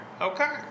Okay